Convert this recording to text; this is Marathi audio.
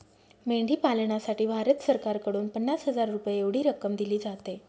मेंढी पालनासाठी भारत सरकारकडून पन्नास हजार रुपये एवढी रक्कम दिली जाते